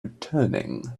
returning